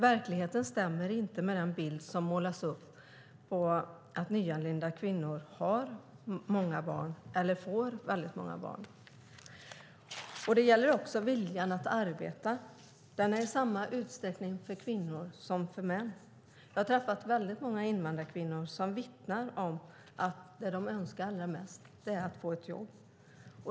Verkligheten stämmer inte med den bild som målas upp att nyanlända kvinnor har eller får många barn. Detsamma gäller viljan att arbeta. Den är lika hos kvinnor och män. Jag har träffat många invandrarkvinnor som vittnar om att det de önskar allra mest är att få ett jobb.